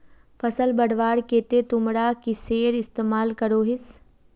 फसल बढ़वार केते तुमरा किसेर इस्तेमाल करोहिस?